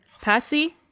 Patsy